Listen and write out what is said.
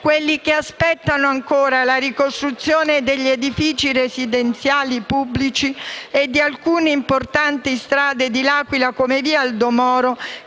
quelli che aspettano ancora la ricostruzione degli edifici residenziali pubblici e di alcune importanti strade dell'Aquila, come via Aldo Moro,